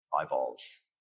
eyeballs